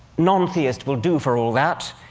non-theist will do for all that,